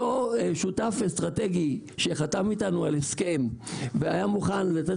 השותף האסטרטגי שחתם איתנו על הסכם והיה מוכן לתת